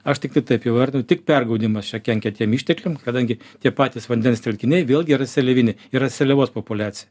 aš tiktai taip įvardinu tik pergaudymas čia kenkia tiem ištekliam kadangi tie patys vandens telkiniai vėl gi yra seliaviniai yra seliavos populiacija